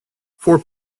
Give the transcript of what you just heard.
four